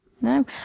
No